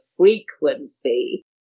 Frequency